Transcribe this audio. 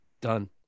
Done